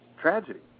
tragedy